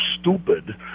stupid